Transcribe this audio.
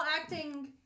acting